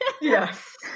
yes